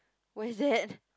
where is that